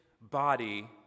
body